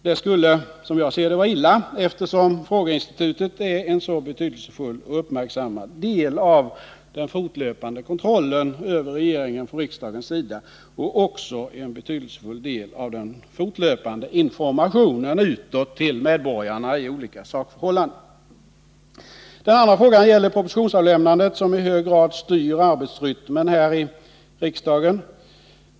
Detta skulle, som jag ser det, vara illa, eftersom frågeinstitutet är en så betydelsefull och uppmärksammad del av den fortlöpande kontrollen över regeringen från riksdagens sida och även en betydelsefull del av den fortlöpande informationen utåt, till medborgarna, om olika sakförhållanden. Den andra frågan gäller propositionsavlämnandet, som i hög grad styr arbetsrytmen här i riksdagen.